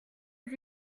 aux